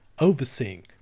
overseeing